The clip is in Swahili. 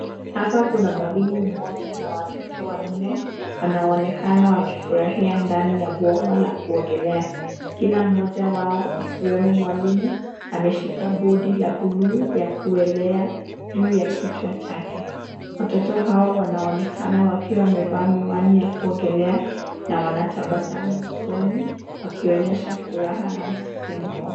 Hapa kuna mwalimu mmoja na watoto wanne, wanaonekana wakifurahia ndani ya bwawa la kuogelea. Kila mmoja wao ikiwemo mwalimu ameshika bodi is buluu ya kuelea juu ya kichwa chake. Watoto hao wanaonekana wakiwa wamevaa miwani ya kuogelea na wanatabasamu usoni wakionyesha furaha na msisimko.